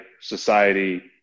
society